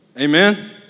Amen